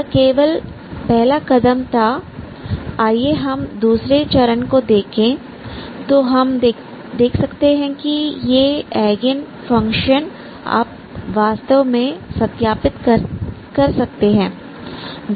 या केवल पहला कदम था आइए हम दूसरे चरण को देखें हम तो देख सकते हैं कि ये एगेनफंक्शनआप वास्तव में सत्यापित कर सकते हैं